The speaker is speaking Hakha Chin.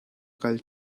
kal